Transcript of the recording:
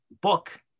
book